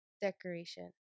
decoration